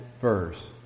verse